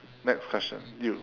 next question you